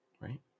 right